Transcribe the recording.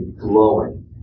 glowing